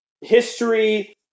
history